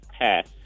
Pass